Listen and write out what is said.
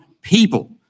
people